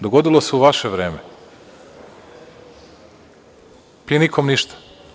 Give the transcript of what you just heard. Dogodilo se u vaše vreme, i nikom ništa.